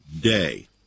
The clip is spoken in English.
day